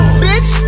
bitch